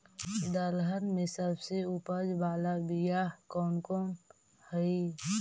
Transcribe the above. दलहन में सबसे उपज बाला बियाह कौन कौन हइ?